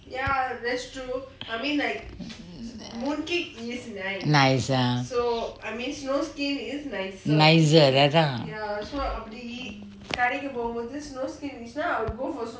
nice ah nicer அதா:athaa